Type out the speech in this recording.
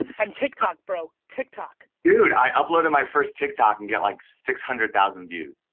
and tik tok bro, tik tok. dude, i uploaded my first tik tok and got like six hundred thousand views.